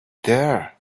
there